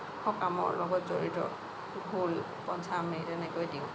সকামৰ লগত জড়িত ঘোল পঞ্চামৃত এনেকৈ দিওঁ